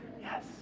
Yes